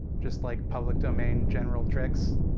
just like, public domain general tricks.